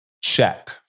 check